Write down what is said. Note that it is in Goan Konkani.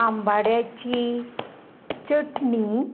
आंबाड्याची चटणी